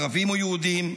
ערבים או יהודים,